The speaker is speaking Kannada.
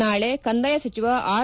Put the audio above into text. ನಾಳೆ ಕಂದಾಯ ಸಚಿವ ಆರ್